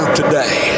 today